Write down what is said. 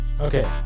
okay